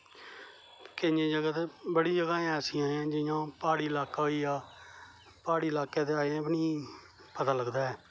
केंइये जगह ते बड़ी जगह ऐसियां ना जियां हून प्हाड़ी इलाका होई गेआ प्हाड़ी इलाका अजें बी नेई पता लगदा ऐ